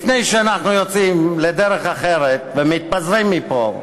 לפני שאנחנו יוצאים לדרך אחרת ומתפזרים מפה,